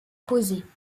posés